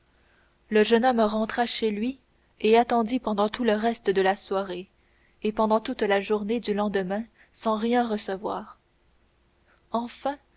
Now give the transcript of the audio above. le jeune homme rentra chez lui et attendit pendant tout le reste de la soirée et pendant toute la journée du lendemain sans rien recevoir enfin